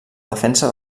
defensa